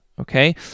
Okay